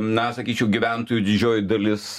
na sakyčiau gyventojų didžioji dalis